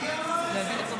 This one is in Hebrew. מי אמר את זה?